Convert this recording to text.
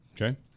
Okay